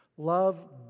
Love